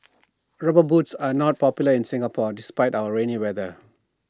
rubber boots are not popular in Singapore despite our rainy weather